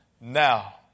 now